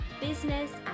business